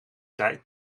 tijd